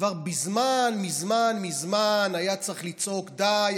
כבר מזמן מזמן מזמן היה צריך לצעוק: די,